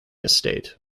estate